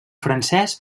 francès